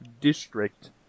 district